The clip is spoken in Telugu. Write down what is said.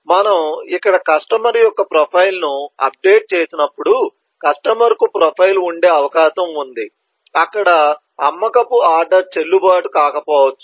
మనము ఇక్కడ కస్టమర్ యొక్క ప్రొఫైల్ను అప్డేట్ చేసినప్పుడు కస్టమర్కు ప్రొఫైల్ ఉండే అవకాశం ఉంది అక్కడ అమ్మకపు ఆర్డర్ చెల్లుబాటు కాకపోవచ్చు